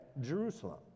Jerusalem